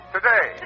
Today